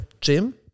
Jim